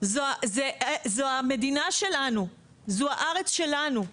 זו המדינה שלנו, זו הארץ שלנו.